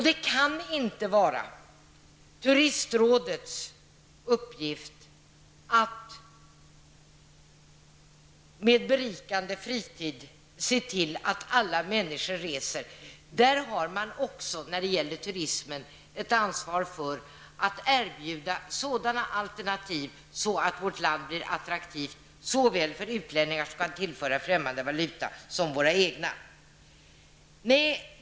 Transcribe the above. Det kan inte vara turistrådets uppgift att se till att alla människor reser. När det gäller turismen har man också ett ansvar för att erbjuda sådana alternativ att vårt land blir attraktivt såväl för utlänningar som kan tillföra främmande valuta som för våra egna medborgare.